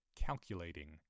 calculating